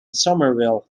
somerville